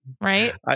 right